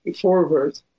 forward